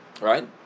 Right